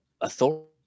authority